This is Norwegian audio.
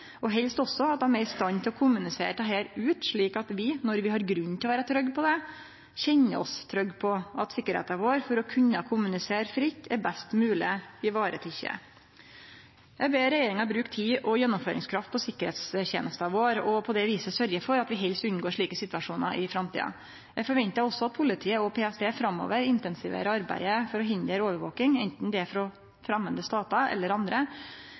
og helst også at dei er i stand til å kommunisere dette ut, slik at vi – når vi har grunn til å vere trygge på det – kjenner oss trygge på at sikkerheita vår for å kunne kommunisere fritt er best mogleg vareteken. Eg ber regjeringa bruke tid og gjennomføringskraft på sikkerheitstenesta vår, og på det viset sørgje for at vi helst unngår slike situasjonar i framtida. Eg forventar også at politiet og PST framover intensiverer arbeidet for å hindre overvaking, anten det er frå framande statar eller andre.